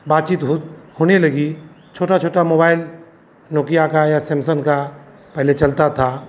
बातचीत हो होने लगी छोटा छोटा मोबाइल नोकिया का या सैमसंग का पहले चलता था